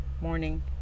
morning